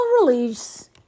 release